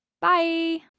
bye